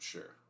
Sure